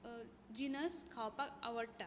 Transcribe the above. जिनस खावपाक आवडटा